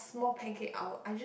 small pancake our I just